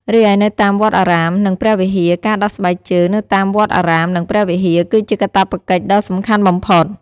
រីឯនៅតាមវត្តអារាម និងព្រះវិហារ ការដោះស្បែកជើងនៅតាមវត្តអារាមនិងព្រះវិហារគឺជាកាតព្វកិច្ចដ៏សំខាន់បំផុត។